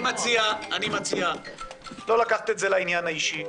אני מציע לא לקחת את זה לעניין האישי,